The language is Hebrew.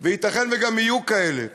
יותר וייתכן שגם יהיו כאלה.